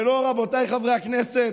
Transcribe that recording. ולא, רבותיי חברי הכנסת,